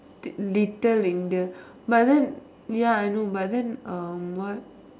the little India but then ya I know but then um what